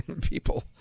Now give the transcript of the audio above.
people